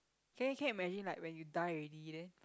can you can you imagine like when you die already then